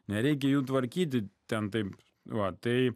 nereikia jų tvarkyti ten taip va taip